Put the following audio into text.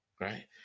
right